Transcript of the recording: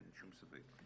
אין שום ספק.